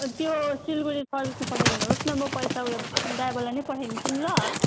त्यो सिलगढी कलेजमा पठाइदिनुहोस् न म पैसा उयो ड्राइभरलाई नै पठाइदिन्छ नि ल